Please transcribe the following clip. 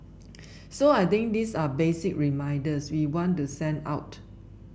so I think these are basic reminders we want to send out